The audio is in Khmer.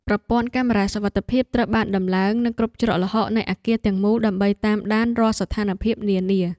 ប្រព័ន្ធកាមេរ៉ាសុវត្ថិភាពត្រូវបានដំឡើងនៅគ្រប់ច្រកល្ហកនៃអគារទាំងមូលដើម្បីតាមដានរាល់ស្ថានភាពនានា។